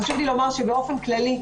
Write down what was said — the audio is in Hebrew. חשוב לי לומר באופן כללי,